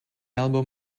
album